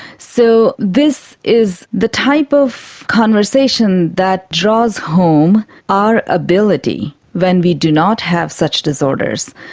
so this is the type of conversation that draws home our ability when we do not have such disorders,